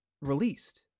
released